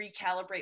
recalibrate